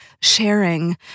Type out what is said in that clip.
sharing